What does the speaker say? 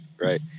right